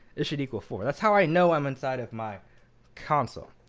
it should equal four. that's how i know i'm inside of my console.